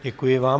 Děkuji vám.